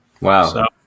Wow